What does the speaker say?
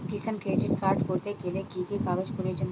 কিষান credit card করতে গেলে কি কি কাগজ প্রয়োজন হয়?